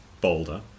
Boulder